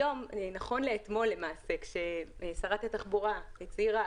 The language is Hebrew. נכון לאתמול, שרת התחבורה הצהירה